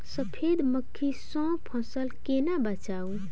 सफेद मक्खी सँ फसल केना बचाऊ?